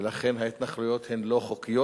ולכן ההתנחלויות הן לא חוקיות,